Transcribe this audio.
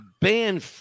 ban